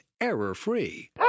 error-free